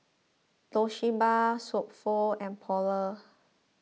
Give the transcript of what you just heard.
Toshiba So Pho and Polar